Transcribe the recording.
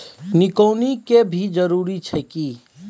निकौनी के भी जरूरी छै की?